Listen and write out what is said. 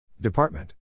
Department